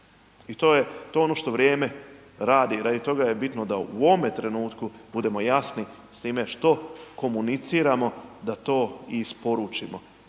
i to je, to je ono što vrijeme radi, radi toga je bitno da u ovome trenutku budemo jasni s time što komuniciramo da to i isporučimo